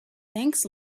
thanks